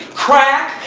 crack,